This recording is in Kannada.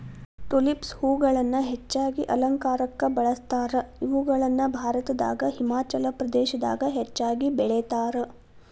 ಟುಲಿಪ್ಸ್ ಹೂಗಳನ್ನ ಹೆಚ್ಚಾಗಿ ಅಲಂಕಾರಕ್ಕ ಬಳಸ್ತಾರ, ಇವುಗಳನ್ನ ಭಾರತದಾಗ ಹಿಮಾಚಲ ಪ್ರದೇಶದಾಗ ಹೆಚ್ಚಾಗಿ ಬೆಳೇತಾರ